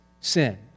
sin